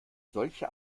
solche